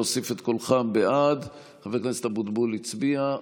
להוסיף את קולך בעד, חבר הכנסת אבוטבול, הצביע.